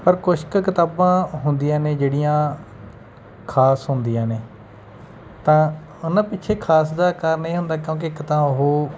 ਪਰ ਕੁਛ ਕੁ ਕਿਤਾਬਾਂ ਹੁੰਦੀਆਂ ਨੇ ਜਿਹੜੀਆਂ ਖਾਸ ਹੁੰਦੀਆਂ ਨੇ ਤਾਂ ਉਹਨਾਂ ਪਿੱਛੇ ਖਾਸ ਦਾ ਕਾਰਨ ਇਹ ਹੁੰਦਾ ਕਿਉਂਕਿ ਇੱਕ ਤਾਂ ਉਹ